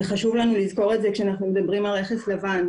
חשוב לנו לזכור את זה עת אנחנו מדברים על רכס לבן.